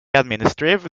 administrative